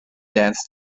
dance